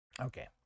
Okay